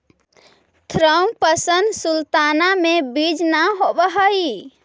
Thompson sultana में बीज न होवऽ हई